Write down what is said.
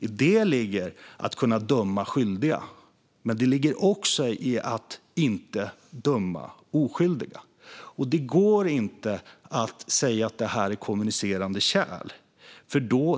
I det ligger att kunna döma skyldiga men också att inte döma oskyldiga. Det går inte att säga att det är kommunicerande kärl.